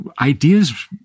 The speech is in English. ideas